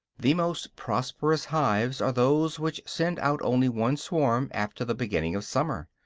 the most prosperous hives are those which send out only one swarm after the beginning of summer.